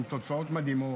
עם תוצאות מדהימות.